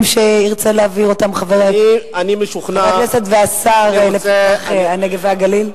שירצה להעביר אותם חבר הכנסת והשר לטובת הנגב והגליל?